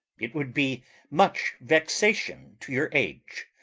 it would be much vexation to your age.